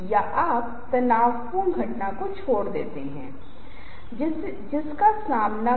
मैं इस बारे में विस्तार से नहीं बता रहा हूं लेकिन इनका एक निश्चित विशिष्ट प्रभाव है